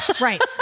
Right